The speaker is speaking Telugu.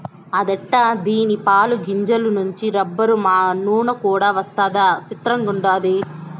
అదెట్టా దీని పాలు, గింజల నుంచి రబ్బరు, నూన కూడా వస్తదా సిత్రంగుండాది